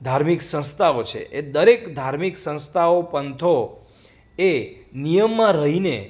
ધાર્મિક સંસ્થાઓ છે એ દરેક ધાર્મિક સંસ્થાઓ પંથો એ નિયમમાં રહીને